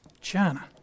China